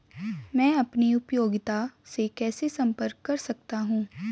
मैं अपनी उपयोगिता से कैसे संपर्क कर सकता हूँ?